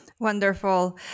Wonderful